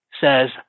says